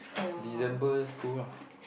December school lah